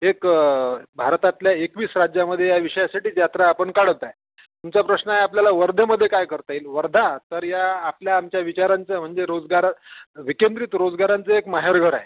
एक भारतातल्या एकवीस राज्यामध्ये या विषयासाठी यात्रा आपण काढत आहे तुमचा प्रश्न आहे आपल्याला वर्धेमध्ये काय करता येईल वर्धा तर या आपल्या आमच्या विचारांचं म्हणजे रोजगार विकेंद्रित रोजगारांचं एक माहेरघर आहे